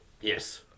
Yes